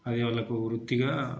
అది వాళ్ళకు వృత్తిగా